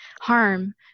harm